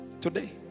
today